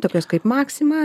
tokios kaip maxima